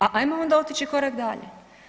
A ajmo onda otići korak dalje.